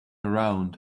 around